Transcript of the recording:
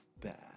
bad